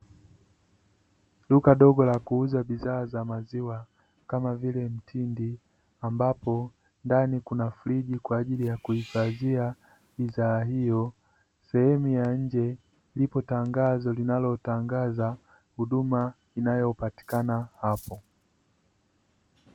Duka dogo la kuuza bidhaa za maziwa kama vile mtindi, ambapo ndani kuna friji kwa ajili ya kuhifadhia bidhaa hiyo. Sehemu ya nje lipo tangazo linalotangaza huduma inayopatikana hapo.